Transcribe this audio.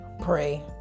Pray